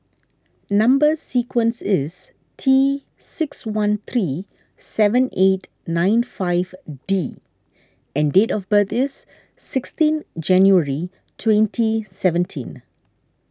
Number Sequence is T six one three seven eight nine five D and date of birth is sixteen January twenty seventeen